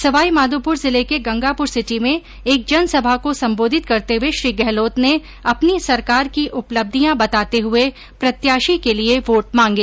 सवाई माधोपुर जिले के गंगापुर सिटी में एक जनसभा को संबोधित करते हये श्री गहलोत ने अपनी सरकार की उपलब्धियां बताते हये प्रत्याशी के लिये वोट मांगे